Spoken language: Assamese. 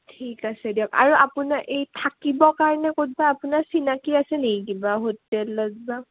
ঠিক আছে দিয়ক আৰু আপোনাৰ এই থাকিবৰ কাৰণে ক'তবা আপোনাৰ চিনাকি আছে নে কিবা হোটেলত বা